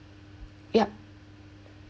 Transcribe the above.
yup